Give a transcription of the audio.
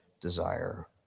desire